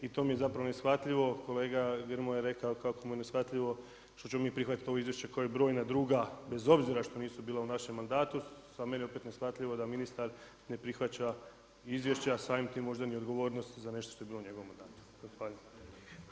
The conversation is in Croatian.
I to mi je zapravo neshvatljivo, kolega Grmoja je rekao kako mu je neshvatljivo što ćemo mi prihvatiti ovo izvješće kao i brojna druga bez obzira što nisu bila u našem mandatu, a meni je opet neshvatljivo da ministar ne prihvaća izvješća, a i samim tim možda ni odgovornost za nešto što je bilo u njegovom mandatu.